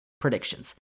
predictions